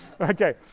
Okay